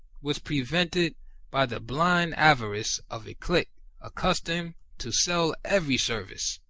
was prevented by the blind avarice of a clique accustomed to sell every service,